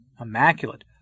Immaculate